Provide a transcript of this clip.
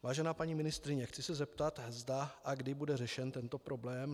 Vážená paní ministryně, chci se zeptat, zda a kdy bude řešen tento problém.